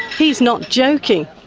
he's not joking.